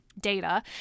data